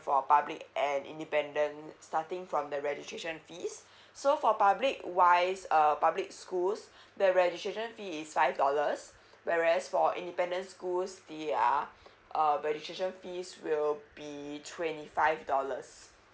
for public and independent starting from the registration fees so for public wise um public schools the registration fee is five dollars whereas for independent schools their um registration fees will be twenty five dollars